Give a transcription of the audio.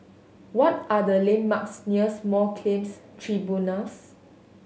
what are the landmarks near Small Claims Tribunals